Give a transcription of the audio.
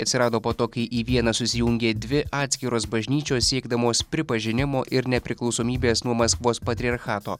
atsirado po to kai į vieną susijungė dvi atskiros bažnyčios siekdamos pripažinimo ir nepriklausomybės nuo maskvos patriarchato